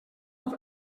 out